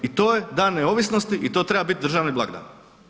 I to je dan neovisnosti i to treba biti državni blagdan.